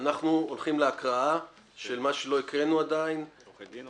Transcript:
עוברים להקראה של מה שלא הקראנו עדיין, עורכי דין,